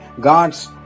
God's